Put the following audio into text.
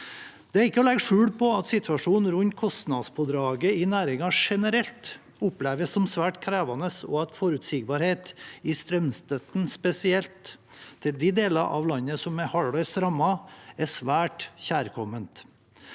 Det er ikke til å legge skjul på at situasjonen rundt kostnadspådraget i næringen generelt oppleves som svært krevende, og at forutsigbarhet i strømstøtten spesielt til de deler av landet som er hardest rammet, er svært kjærkomment.